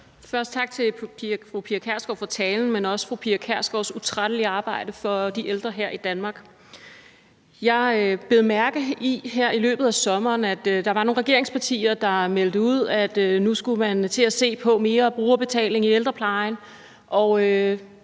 Først tak til fru Pia Kjærsgaard for talen, men også for fru Pia Kjærsgaards utrættelige arbejde for de ældre her i Danmark. Her i løbet af sommeren bed jeg mærke i, at der var nogle regeringspartier, der meldte ud, at nu skulle man til at se på mere brugerbetaling i ældreplejen.